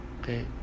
okay